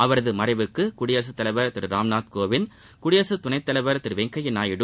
அவரது மறைவுக்கு குடியரசுத் தலைவர் திரு ராம்நாத் கோவிந்த் குடியரசு துணைத்தலைவர் திரு வெங்கையா நாயுடு